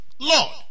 Lord